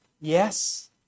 yes